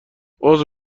عذر